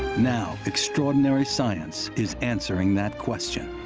now, extraordinary science is answering that question.